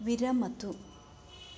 विरमतु